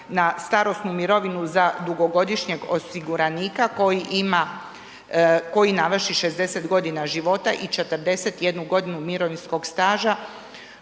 na starosnu mirovinu za dugogodišnjeg osiguranika koji ima, koji navrši 60 godina života i 41 godinu mirovinskog staža